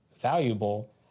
valuable